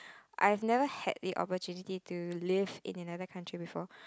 I have never had the opportunity to live in another country before